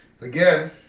Again